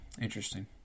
interesting